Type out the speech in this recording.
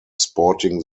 sporting